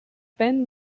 been